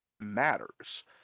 matters